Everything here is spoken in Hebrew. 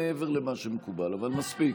לשבת ומספיק.